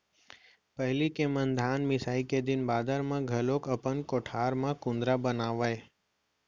पहिली के मन धान मिसाई के दिन बादर म घलौक अपन कोठार म कुंदरा बनावयँ